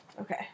Okay